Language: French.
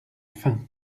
faim